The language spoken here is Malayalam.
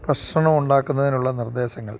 ഭക്ഷണമുണ്ടാക്കുന്നതിനുള്ള നിർദ്ദേശങ്ങൾ